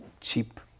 cheap